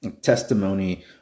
testimony